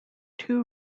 two